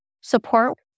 support